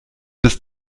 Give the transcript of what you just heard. bis